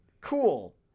Cool